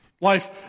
Life